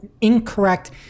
incorrect